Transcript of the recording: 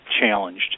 challenged